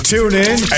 TuneIn